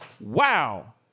Wow